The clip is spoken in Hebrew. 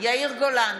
יאיר גולן,